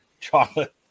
chocolate